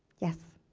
yes?